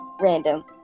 random